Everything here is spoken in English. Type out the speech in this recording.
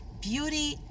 beauty